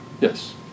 Yes